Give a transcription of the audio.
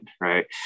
right